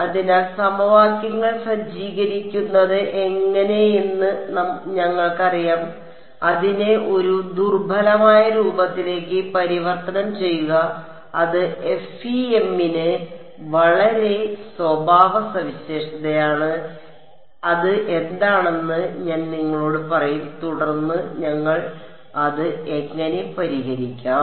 അതിനാൽ സമവാക്യങ്ങൾ സജ്ജീകരിക്കുന്നത് എങ്ങനെയെന്ന് ഞങ്ങൾക്കറിയാം അതിനെ ഒരു ദുർബലമായ രൂപത്തിലേക്ക് പരിവർത്തനം ചെയ്യുക അത് FEM ന് വളരെ സ്വഭാവ സവിശേഷതയാണ് അത് എന്താണെന്ന് ഞാൻ നിങ്ങളോട് പറയും തുടർന്ന് ഞങ്ങൾ അത് എങ്ങനെ പരിഹരിക്കും